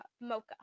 mocha